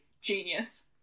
genius